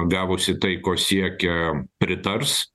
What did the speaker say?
gavusi tai ko siekia pritars